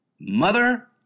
Mother